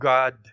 God